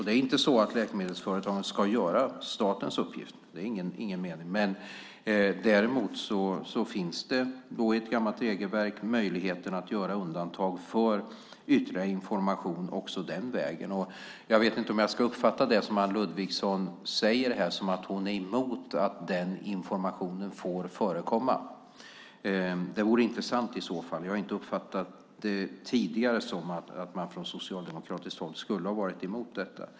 Det är inte så att läkemedelsföretagen ska göra det som är statens uppgift; det är inte meningen. Däremot finns i ett gammalt regelverk möjligheten att göra undantag för ytterligare information också den vägen. Jag vet inte om jag ska uppfatta det Anne Ludvigsson här säger som att hon är emot att den informationen får förekomma. I så fall är det intressant, för jag har inte tidigare uppfattat att man från socialdemokratiskt håll skulle ha varit emot detta.